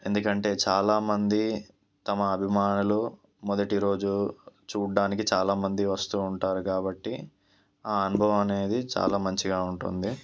ఎందుకంటే చాలా మంది తమ అభిమానులు మొదటి రోజు చూడడానికి చాలామంది వస్తూ ఉంటారు కాబట్టి ఆ అనుభవం అనేది చాలా మంచిగా ఉంటుంది